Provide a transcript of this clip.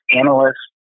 analysts